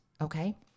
Okay